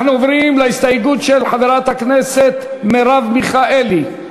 אנחנו עוברים להסתייגות של חברת הכנסת מרב מיכאלי,